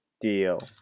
deal